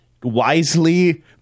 wisely